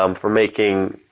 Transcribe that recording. um for making